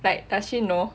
like does she know